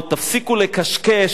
תפסיקו לקשקש,